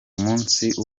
munsi